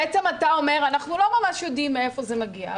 בעצם אתה אומר: אנחנו לא ממש יודעים מאיפה זה מגיע,